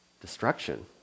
destruction